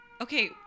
Okay